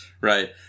Right